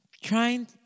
trying